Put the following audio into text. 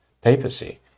papacy